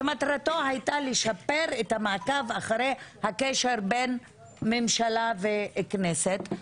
שמטרתו הייתה לשפר את המעקב אחרי הקשר בין הממשלה והכנסת.